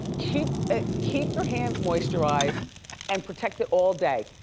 keep ah keep your hands moisturized and protected all day.